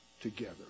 together